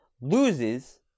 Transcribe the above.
loses